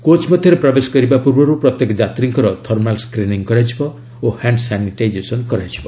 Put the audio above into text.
coach ମଧ୍ୟରେ ପ୍ରବେଶ କରିବା ପୂର୍ବରୁ ପ୍ରତ୍ୟେକ ଯାତ୍ରୀଙ୍କର ଥର୍ମାଲ ସ୍କ୍ରିନିଂ କରାଯିବ ଓ ହ୍ୟାଣ୍ଡ ସାନିଟାଇଜେସନ କରାଯିବ